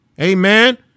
Amen